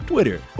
Twitter